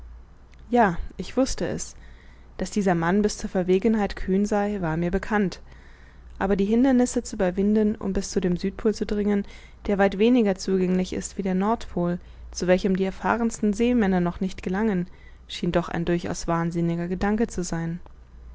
ja ich wußte es daß dieser mann bis zur verwegenheit kühn sei war mir bekannt aber die hindernisse zu überwinden um bis zu dem südpol zu dringen der weit weniger zugänglich ist wie der nordpol zu welchem die erfahrensten seemänner noch nicht gelangen schien doch ein durchaus wahnsinniger gedanke zu sein